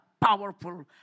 powerful